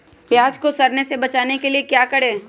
प्याज को सड़ने से बचाने के लिए क्या करें?